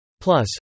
Plus